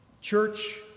Church